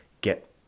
get